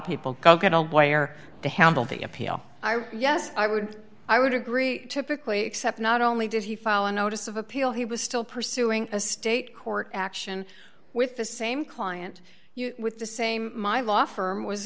people go get a wire to handle the appeal yes i would i would agree typically except not only did he file a notice of appeal he was still pursuing a state court action with the same client with the same my law firm was